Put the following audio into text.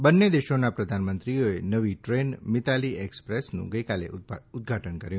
બંને દેશોના પ્રધાનમંત્રીઓએ નવી ટ્રેન મિતાલી એક્સ્પ્રેસનું ગઈકાલે ઉદઘાટન કર્યું